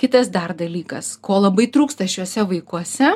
kitas dar dalykas ko labai trūksta šiuose vaikuose